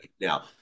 now